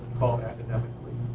um academic